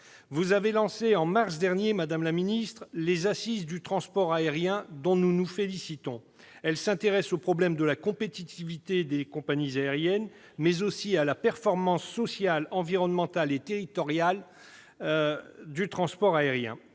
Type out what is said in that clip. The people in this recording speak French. vous avez lancé, madame la ministre, les assises nationales du transport aérien, dont nous nous félicitons. Ces assises s'intéressent au problème de la compétitivité des compagnies aériennes, mais aussi à la performance sociale, environnementale et territoriale du transport aérien.